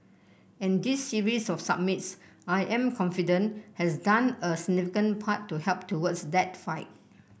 and this series of summits I am confident has done a significant part to help towards that fight